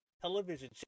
Television